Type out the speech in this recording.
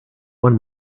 won